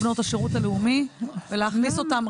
בנות השירות הלאומי ולהכניס אותם.